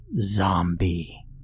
zombie